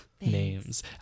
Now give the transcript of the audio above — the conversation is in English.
Names